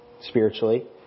spiritually